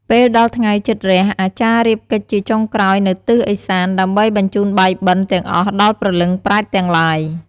ពេលដល់ថ្ងៃជិតរះ អាចារ្យរៀបកិច្ចជាចុងក្រោយនៅទិសឦសាន ដើម្បីបញ្ជូនបាយបិណ្ឌ ទាំងអស់ដល់ព្រលឹងប្រេតទាំងឡាយ។